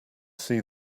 see